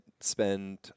spend